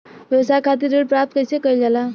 व्यवसाय खातिर ऋण प्राप्त कइसे कइल जाला?